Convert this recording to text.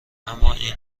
امااین